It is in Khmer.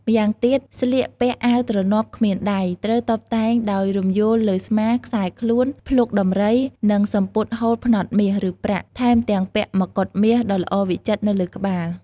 ម្យ៉ាងទៀត ស្លៀកពាក់អាវទ្រនាប់គ្មានដៃ ត្រូវតុបតែងដោយរំយោលនៅស្មា ខ្សែខ្លួន ភ្លុកដំរី និងសំពត់ហូលផ្នត់មាស ឬប្រាក់ ថែមទាំងពាក់មកុដមាសដ៏ល្អវិចិត្រនៅលើក្បាល។